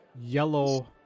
yellow